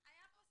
היה פה שיח.